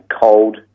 cold